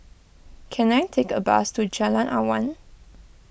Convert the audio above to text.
can I take a bus to Jalan Awan